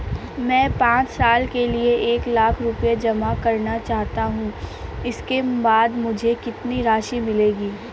मैं पाँच साल के लिए एक लाख रूपए जमा करना चाहता हूँ इसके बाद मुझे कितनी राशि मिलेगी?